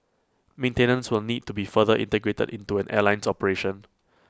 maintenance will need to be further integrated into an airline's operation